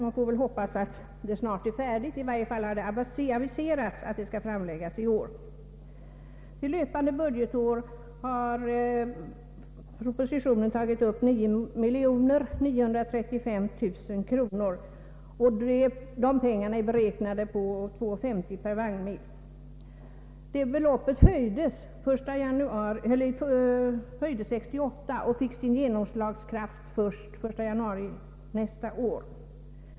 Man får väl hoppas att utredningen snart skall vara färdig, i varje fall är det aviserat att den skall framläggas i år. För det löpande budgetåret har i propositionen tagits upp 9935 000 kronor, och dessa medel är beräknade efter kronor 2:50 per vagnmil. Bidragsbeloppet höjdes 1968 och får sin genomslagskraft den 1 januari nästa år.